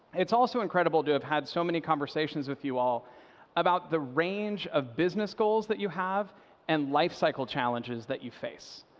it's also incredible to have had so many conversations with you all about the range of business goals that you have and life cycle challenges that you face.